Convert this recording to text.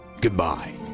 Goodbye